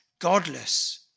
godless